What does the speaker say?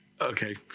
okay